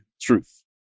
truth